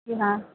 जी हाँ